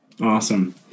Awesome